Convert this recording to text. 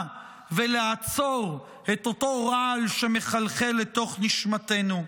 ולעצור את אותו רעל שמחלחל לתוך נשמתנו.